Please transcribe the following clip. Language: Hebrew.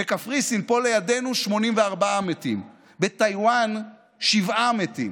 בקפריסין, פה לידנו, 84 מתים, בטאיוואן 7 מתים